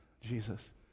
Jesus